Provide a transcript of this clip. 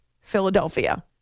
Philadelphia